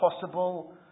possible